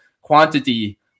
quantity